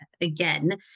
again